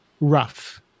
rough